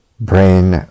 brain